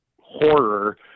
horror